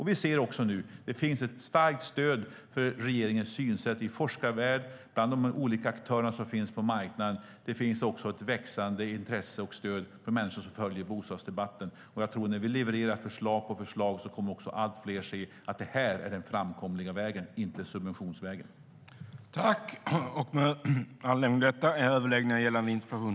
Vi ser nu också att det finns ett starkt stöd för regeringens synsätt i forskarvärlden och bland de olika aktörer som finns på marknaden. Det finns även ett växande intresse och stöd från människor som följer bostadsdebatten, och när vi levererar förslag på förslag tror jag att allt fler kommer att se att det här är den framkomliga vägen - inte subventionsvägen.